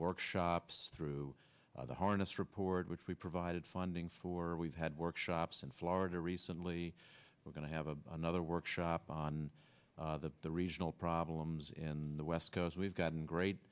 workshops through the harness report which we provided funding for we've had workshops in florida recently we're going to have a another workshop on the regional problems in the west coast we've gotten great